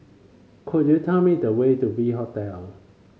could you tell me the way to V Hotel